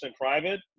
private